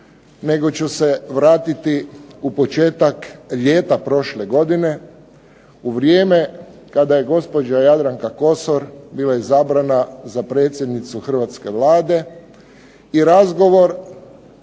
nego ću se vratiti u početak ljeta prošle godine, u vrijeme kada je gospođa Jadranka Kosor bila izabrana za predsjednicu hrvatske Vlade i razgovor